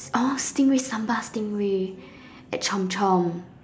oh stingray sambal stingray at Chomp Chomp